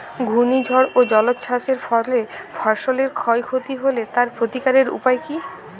ঘূর্ণিঝড় ও জলোচ্ছ্বাস এর ফলে ফসলের ক্ষয় ক্ষতি হলে তার প্রতিকারের উপায় কী?